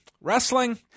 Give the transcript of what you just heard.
wrestling